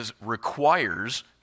requires